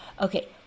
Okay